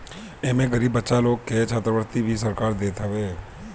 एमे गरीब बच्चा लोग के छात्रवृत्ति भी सरकार देत हवे